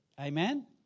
Amen